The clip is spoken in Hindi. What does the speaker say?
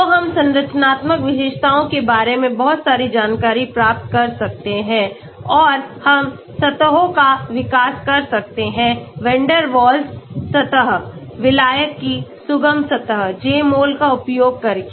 तो हम संरचनात्मक विशेषताओं के बारे में बहुत सारी जानकारी प्राप्त कर सकते हैं और हम सतहों का विकास कर सकते हैं वैन डेर वाल्स सतह विलायक की सुगम सतह Jmol का उपयोग करके